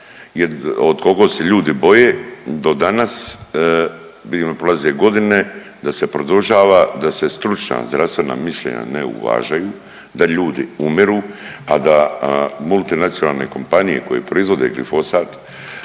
koliko se ljudi boje do danas, prolaze godine, da se predužava, da se stručna zdravstvena mišljenja ne uvažaju, da ljudi umiru, a da multinacionalne kompanije koje proizvode glifosat